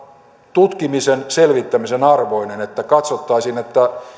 tutkimisen selvittämisen arvoinen että katsottaisiin